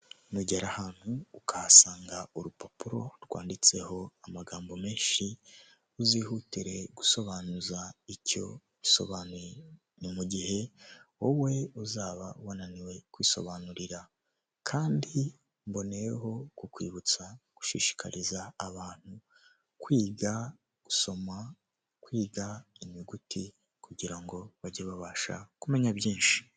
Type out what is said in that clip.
Nugera ahantu ukahasanga urupapuro rwanditseho amagambo menshi, uzihutire gusobanuza icyo bisobanuye, ni mu gihe wowe uzaba wananiwe kwisobanurira kandi mboneyeho kukwibutsa gushishikariza abantu kwiga, gusoma, kwiga inyuguti kugira ngo bajye babasha kumenya byinshi.